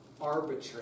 arbitrary